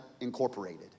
Incorporated